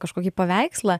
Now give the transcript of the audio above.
kažkokį paveikslą